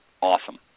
awesome